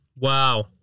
Wow